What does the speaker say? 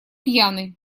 пьяный